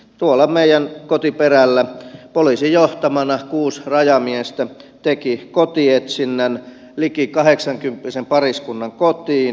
tuolla meidän kotiperällä poliisin johtamana kuusi rajamiestä teki kotietsinnän liki kahdeksankymppisen pariskunnan kotiin